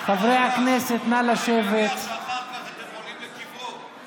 אני מניח שאחר כך אתם עולים לקברו.